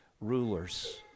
rulers